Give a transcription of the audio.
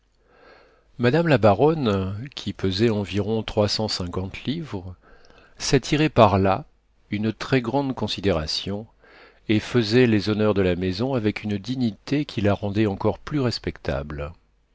qui pesait environ trois cent cinquante livres s'attirait par là une très grande considération et fesait les honneurs de la maison avec une dignité qui la rendait encore plus respectable